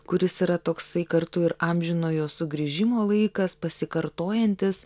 kuris yra toksai kartu ir amžinojo sugrįžimo laikas pasikartojantis